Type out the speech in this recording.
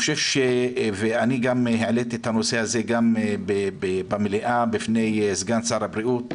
אני העליתי את הנושא הזה במליאה בפני סגן שר הבריאות,